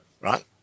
Right